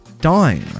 dime